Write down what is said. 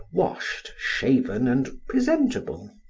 washed, shaven, and presentable.